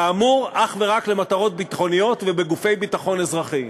כאמור אך ורק למטרות ביטחוניות ובגופי ביטחון אזרחי.